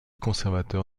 conservateur